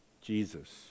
Jesus